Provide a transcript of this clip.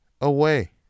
away